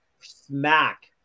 smack